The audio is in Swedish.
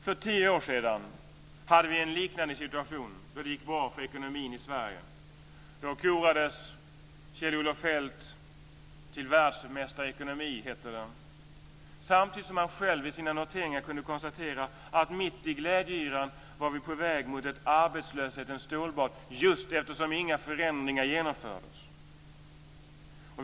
För tio år sedan hade vi en liknande situation, det gick bra för ekonomin i Sverige. Då korades Kjell-Olof Feldt till världsmästare i ekonomi, som det hette. Samtidigt kunde han själv i sina noteringar konstatera att vi mitt i glädjeyran var på väg mot ett arbetslöshetens stålbad, just därför att inga förändringar genomfördes.